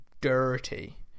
dirty